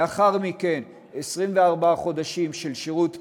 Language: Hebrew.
לאחר מכן, 24 חודשים של שירות פעיל,